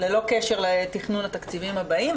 ללא קשר לתכנון התקציבים הבאים,